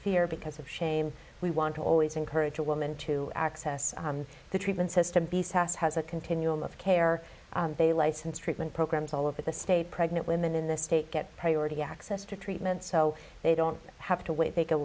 fear because of shame we want to always encourage a woman to access the treatment system sas has a continuum of care they license treatment programs all of that the state pregnant women in the state get priority access to treatment so they don't have to wait they